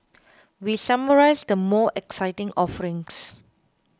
we summarise the more exciting offerings